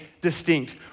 distinct